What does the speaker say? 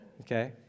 Okay